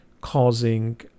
causing